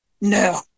No